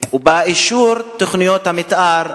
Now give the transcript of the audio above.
ובאישור תוכניות המיתאר,